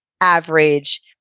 average